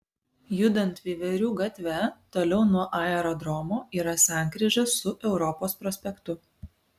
judant veiverių gatve toliau nuo aerodromo yra sankryža su europos prospektu